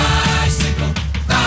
bicycle